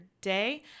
day